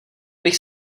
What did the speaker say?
bych